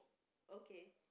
okay